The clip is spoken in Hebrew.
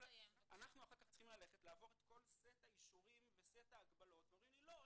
אנחנו צריכים אחר כך לעבור את סט האישורים וההגבלות ואומרים לי: לא,